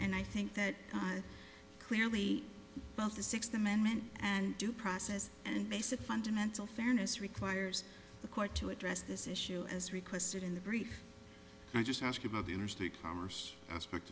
and i think that was clearly both the sixth amendment and due process and basic fundamental fairness requires the court to address this issue as requested in the brief i just ask about the interstate commerce aspect